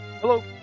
Hello